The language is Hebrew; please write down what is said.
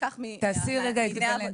תעשי אקוויוולנט מתביעות עבודה.